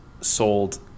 sold